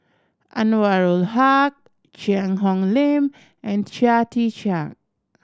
Anwarul Haque Cheang Hong Lim and Chia Tee Chiak